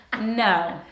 No